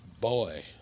Boy